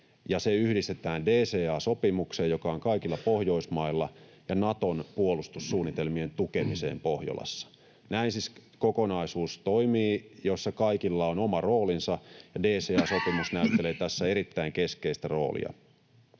se yhdistetään DCA-sopimukseen, joka on kaikilla Pohjoismailla, ja Naton puolustussuunnitelmien tukemiseen Pohjolassa. Näin siis toimii kokonaisuus, jossa kaikilla on oma roolinsa, ja DCA-sopimus näyttelee tässä erittäin keskeistä roolia.